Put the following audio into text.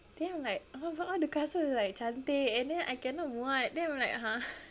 then I'm like !aww! but all the kasut is like cantik and then I cannot like muat then I'm like !huh!